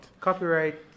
copyright